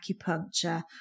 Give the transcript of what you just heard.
acupuncture